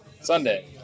Sunday